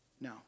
No